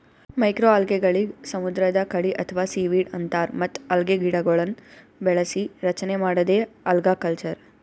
ಮೈಕ್ರೋಅಲ್ಗೆಗಳಿಗ್ ಸಮುದ್ರದ್ ಕಳಿ ಅಥವಾ ಸೀವೀಡ್ ಅಂತಾರ್ ಮತ್ತ್ ಅಲ್ಗೆಗಿಡಗೊಳ್ನ್ ಬೆಳಸಿ ರಚನೆ ಮಾಡದೇ ಅಲ್ಗಕಲ್ಚರ್